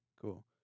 cool